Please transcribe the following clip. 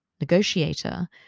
negotiator